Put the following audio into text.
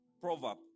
Proverb